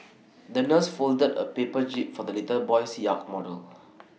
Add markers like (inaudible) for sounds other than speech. (noise) the nurse folded A paper jib for the little boy's yacht model